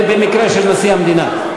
במקרה של נשיא המדינה.